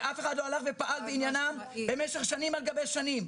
ואף אחד לא פעל בעניינם במשך שנים על גבי שנים.